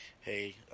Hey